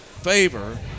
favor